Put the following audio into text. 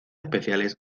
especiales